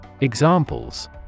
Examples